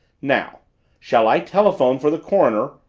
now shall i telephone for the coroner?